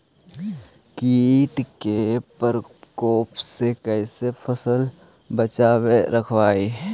कीट के परकोप से कैसे फसल बचाब रखबय?